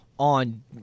On